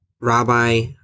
Rabbi